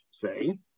say